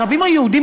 ערבים או יהודים,